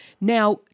Now